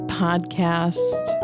podcast